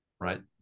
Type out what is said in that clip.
Right